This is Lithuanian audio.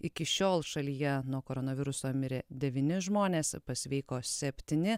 iki šiol šalyje nuo koronaviruso mirė devyni žmonės pasveiko septyni